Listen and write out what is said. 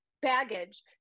baggage